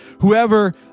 whoever